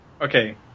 Okay